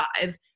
five